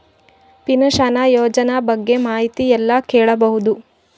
Pension ಯೋಜನ ಬಗ್ಗೆ ಮಾಹಿತಿ ಎಲ್ಲ ಕೇಳಬಹುದು?